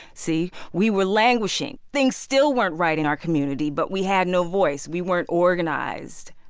see, we were languishing. things still weren't right in our community, but we had no voice. we weren't organized.